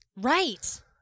right